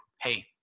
Hey